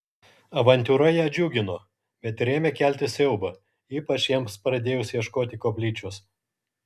avantiūra ją džiugino bet ir ėmė kelti siaubą ypač jiems pradėjus ieškoti koplyčios